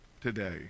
today